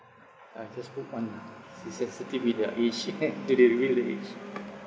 uh just put one lah she's sensitive with her age to re~ reveal her age